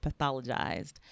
pathologized